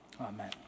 Amen